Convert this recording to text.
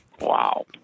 Wow